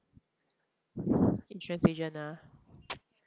insurance agent ah